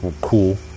cool